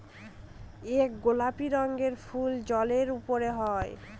এক গোলাপি রঙের ফুল জলের উপরে হয়